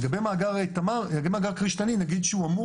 לגבי מאגר כריש/תנין נגיד שהוא אמור